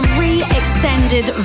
re-extended